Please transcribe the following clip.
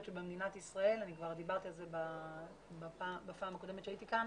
שבמדינת ישראל כבר דיברתי על זה בפעם הקודמת כשהייתי כאן